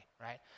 right